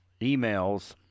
emails